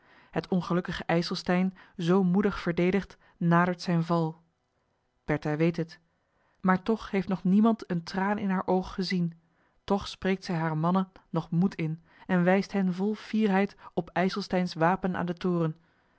het ongelukkige ijselstein zoo moedig verdedigd nadert zijn val bertha weet het maar toch heeft nog niemand een traan in haar oog gezien toch spreekt zij haren mannen nog moed in en wijst hen vol fierheid op ijselsteins wapen aan den toren